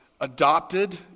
adopted